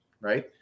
right